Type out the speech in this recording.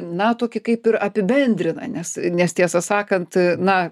na tokį kaip ir apibendrina nes nes tiesą sakant a na